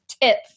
tip